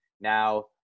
Now